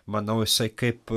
manau jisai kaip